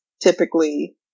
typically